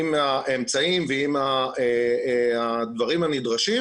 עם האמצעים ועם הדברים הנדרשים,